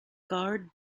guard